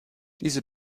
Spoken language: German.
diese